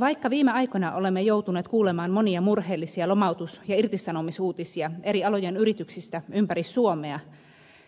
vaikka viime aikoina olemme joutuneet kuulemaan monia murheellisia lomautus ja irtisanomisuutisia eri alojen yrityksistä ympäri suomea